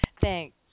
Thanks